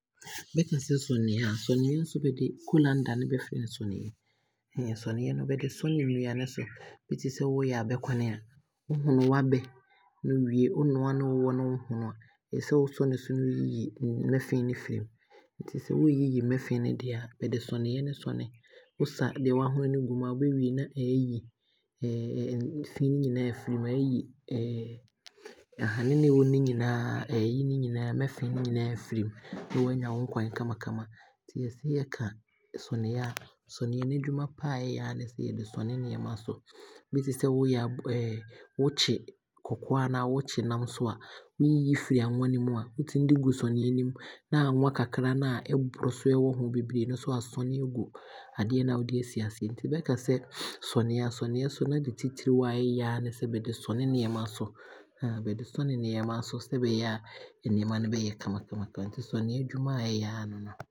Bɛkasɛ sɛneɛ a, sɛneɛ nso bɛde, colander ne bɛfrɛ no sɛneɛ sɛneɛ he bɛde sɔnea nnuane so. Bi te sɛ wooyɛ abɛnkwane a, wo hono waabɛ no wie, wonoa ne wowɔ ne wo hono a, ɛwɔ sɛ wosɔne so yiyi mmɛfee no firi mu, nti sɛ wooyiyi mmɛfee no deɛ a, bɛde sɔnea ne sɔnea. Wosa deɛ waahono no gu mu a, wobɛwie no na aato fee he nyinaa, mmɛfee he nyinaa afiri mu na waanya wonkwane kama kama. Nti yɛse yɛka sɛneɛ a, sɛneɛ n’adwuma paa ɛyɛ aa ne sɛ yɛde sɔnea nneɛma so, bi te sɛ wooyɛ sɔ, wookye kɔkɔɔ anaa wookye nam nso a, ne woyiyi firi anwa he mu a, wotumi de gu sɛneɛ no mu na anwa kakra na a ɛboro so a ɛwɔ ho beberee no nso asɔ agu adeɛ no a wode aasi aseɛ no mu. Nti bɛkasɛ sɔneɛ a, sɔneɛ nso naadeɛ titire a ɛyɛ aa ne sɛ bɛde sɔnea nneɛma so, bɛde sɔne nneɛma so sɛdeɛ ɛbɛyɛ a yɛ nneɛma he bɛyɛ kamakama, nti sɔneɛ adwuma a ɛyɛ aa ne no.